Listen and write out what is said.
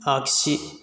आखसि